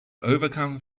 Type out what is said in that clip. overcome